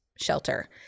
shelter